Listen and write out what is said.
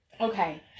Okay